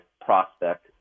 prospect